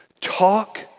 Talk